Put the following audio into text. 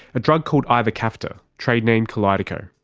a drug called ivacaftor, trade name kalydeco.